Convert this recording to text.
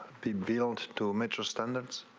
the bills to mitchell standards.